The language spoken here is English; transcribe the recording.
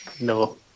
no